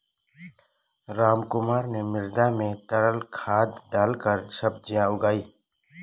रामकुमार ने मृदा में तरल खाद डालकर सब्जियां उगाई